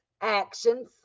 Actions